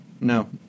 No